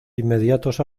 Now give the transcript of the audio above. inmediatos